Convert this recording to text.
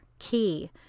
Key